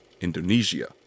Indonesia